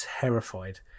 terrified